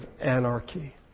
anarchy